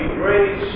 great